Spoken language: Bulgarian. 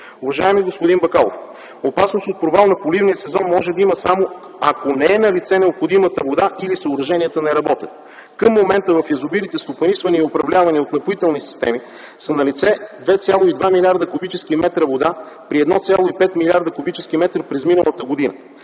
Уважаеми господин Бакалов, опасност от провал на поливния сезон може да има, само ако не е налице необходимата вода или съоръжението не работи. Към момента в язовирите, стопанисвани и управлявани от „Напоителни системи”, са налице 2,2 милиарда кубически метра вода при 1,5 милиарда кубически метра през миналата година.